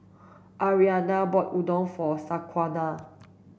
Ariane bought Udon for Shaquana